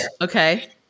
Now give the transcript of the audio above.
Okay